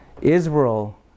Israel